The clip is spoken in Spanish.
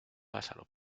pásalo